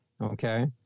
Okay